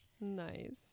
Nice